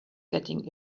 getting